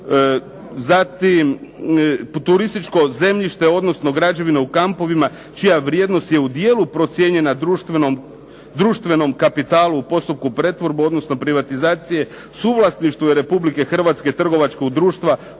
Zatim, turističko zemljište odnosno građevina u kampovima čija vrijednost je u dijelu procijenjena društvenom kapitalu u postupku pretvorbe odnosno privatizacije u suvlasništvu je Republike Hrvatske, trgovačkog društva